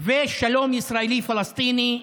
ושלום ישראלי-פלסטיני,